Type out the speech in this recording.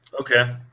Okay